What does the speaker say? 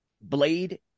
Blade